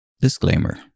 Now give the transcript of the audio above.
Disclaimer